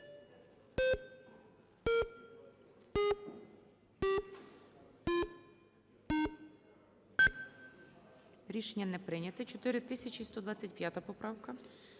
Рішення не прийнято. 4125 поправка.